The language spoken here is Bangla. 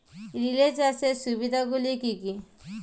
রিলে চাষের সুবিধা গুলি কি কি?